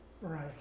right